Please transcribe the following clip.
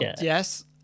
Yes